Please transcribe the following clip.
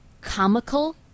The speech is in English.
comical